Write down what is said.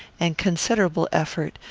and considerable effort,